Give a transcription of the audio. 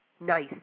nice